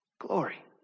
glory